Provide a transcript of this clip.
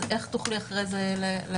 איך תוכלי אחרי זה להגדיר?